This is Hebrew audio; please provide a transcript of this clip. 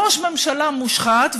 ראש ממשלה מושחת,